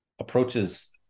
approaches